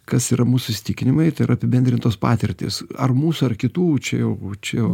kas yra mūsų įsitikinimai tai yra apibendrintos patirtys ar mūsų ar kitų čia jau čia jau